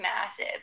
massive